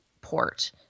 port